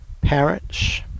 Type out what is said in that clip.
parents